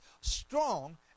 strong